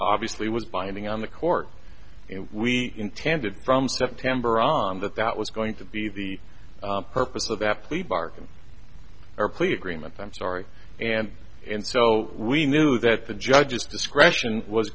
obviously was binding on the court and we intended from september on that that was going to be the purpose of aptly barking or please greenman i'm sorry and and so we knew that the judge's discretion was